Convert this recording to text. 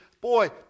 Boy